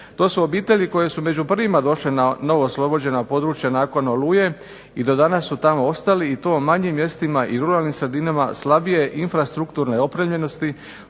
To su obitelji koje su među prvima došle na novooslobođena područja nakon "Oluje", i do danas su tamo ostali i to u manjim mjestima i ruralnim sredinama slabije infrastrukturne opremljenosti,